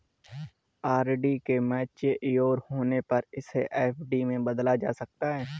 RD के mature होने पर इसे एफ.डी में बदला जा सकता है